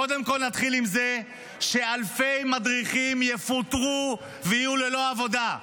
קודם כול נתחיל עם זה שאלפי מדריכים יפוטרו ויהיו ללא עבודה.